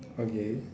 okay